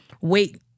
wait